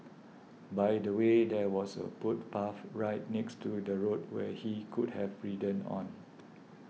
by the way there was a footpath right next to the road where he could have ridden on